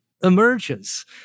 emerges